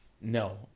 No